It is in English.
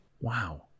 Wow